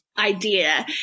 idea